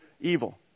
evil